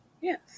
Yes